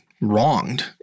wronged